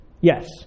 Yes